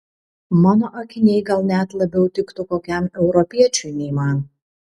mano akiniai gal net labiau tiktų kokiam europiečiui nei man